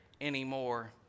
anymore